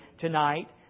tonight